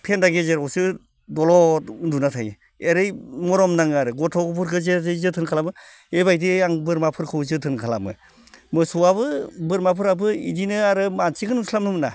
फेन्दा गेजेरावसो दलद उन्दुना थायो एरै मरम नाङो आरो गथ'फोरखो जेरै जोथोन खालामो इबायदि आं बोरमाफोरखौ जोथोन खालामो मोसौआबो बोरमाफोराबो इदिनो आरो मानसिखोनो नुस्लाबनो मोना